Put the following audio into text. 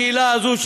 הקהילה הזאת,